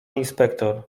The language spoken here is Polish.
inspektor